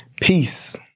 peace